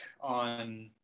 on